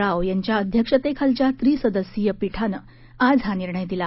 राव यांच्या अध्यक्षतेखालच्या त्रिसदस्यीय पिठानं आज हा निर्णय दिला